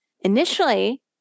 Initially